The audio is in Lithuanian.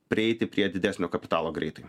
prieiti prie didesnio kapitalo greitai